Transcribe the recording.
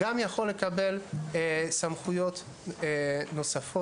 כך הוא יכול לקבל סמכויות נוספות,